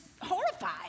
horrified